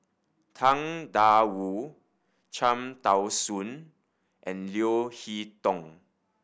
Tang Da Wu Cham Tao Soon and Leo Hee Tong